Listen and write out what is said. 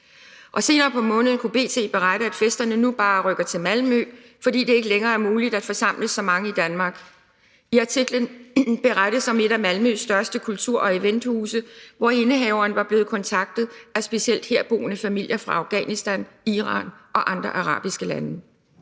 Og senere på måneden kunne B.T. berette, at festerne nu bare rykker til Malmø, fordi det ikke længere er muligt at forsamles så mange i Danmark. I artiklen berettes om et af Malmøs største kultur- og eventhuse, hvor indehaveren var blevet kontaktet af specielt herboende familier fra Afghanistan, Iran og andre arabiske lande.